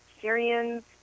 Syrians